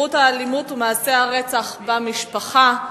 התגברות האלימות ומעשי הרצח במשפחה,